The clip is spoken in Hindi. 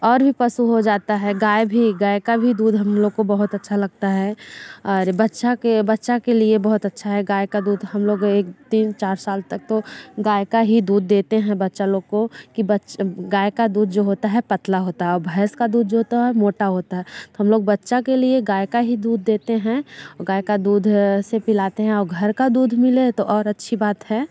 और भी पशु हो जाता है गाय भी गाय का भी दूध हम लोग को बहुत अच्छा लगता है और बच्चा के बच्चा के लिए बहुत अच्छा है गाय का दूध हम लोग एक तीन चार साल तक तो गाय का ही दूध देते हैं बच्चा लोग को कि गाय का दूध जो होता है पतला होता है और भैंस का दूध जो होता है वह मोटा होता है तो हम लोग बच्चा के लिए गाय का ही दूध देते हैं और गाय का दूध इसे पिलाते हैं और घर का दूध मिले तो और अच्छी बात है